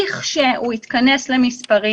לכשהוא יתכנס למספרים,